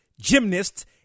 gymnasts